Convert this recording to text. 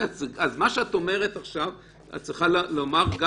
אז מה שאת אומרת עכשיו את צריכה לומר גם